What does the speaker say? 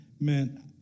meant